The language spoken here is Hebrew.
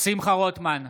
שמחה רוטמן,